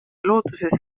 looduses